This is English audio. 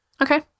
Okay